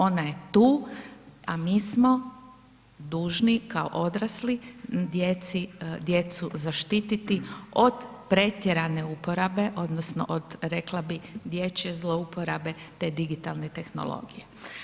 Ona je tu a mi smo dužni kao odrasli djecu zaštititi od pretjerane uporabe odnosno od rekla bi, dječje zlouporabe te digitalne tehnologije.